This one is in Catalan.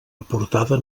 aportada